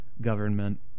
government